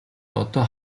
одоо